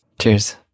Cheers